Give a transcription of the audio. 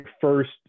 first